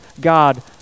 God